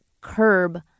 curb